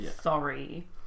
Sorry